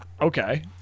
Okay